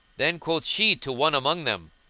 then quoth she to one among them,